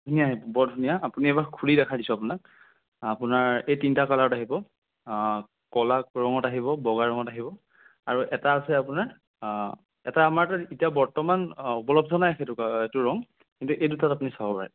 ধুনীয়া বৰ ধুনীয়া আপুনি এবাৰ খুলি দেখাই দিছোঁ আপোনাক আপোনাৰ এই তিনিটা কালাৰত আহিব ক'লা ৰঙত আহিব বগা ৰঙত আহিব আৰু এটা আছে আপোনাৰ এটা আমাৰতো এতিয়া বৰ্তমান আ উপলব্ধ নাই সেইটো সেইটো ৰং কিন্তু এই দুটাত আপুনি চাব পাৰে